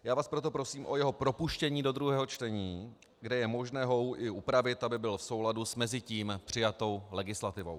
Já vás proto prosím o jeho propuštění do druhého čtení, kde je možné ho i upravit, aby byl v souladu s mezi tím přijatou legislativou.